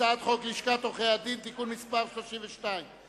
הצעת חוק לשכת עורכי-הדין (תיקון מס' 32)